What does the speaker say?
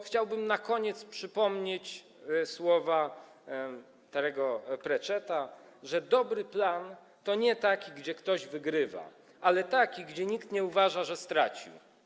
Chciałbym na koniec przypomnieć słowa Terry’ego Pratchetta, że dobry plan to nie taki, gdzie ktoś wygrywa, ale taki, gdzie nikt nie uważa, że stracił.